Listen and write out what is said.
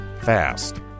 fast